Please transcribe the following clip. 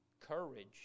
Courage